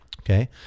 okay